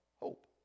hope